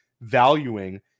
valuing